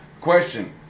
Question